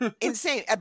Insane